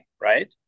right